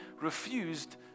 refused